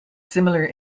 similar